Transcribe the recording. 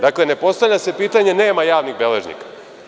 Dakle, ne postavlja se pitanje nema javnih beležnika.